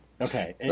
Okay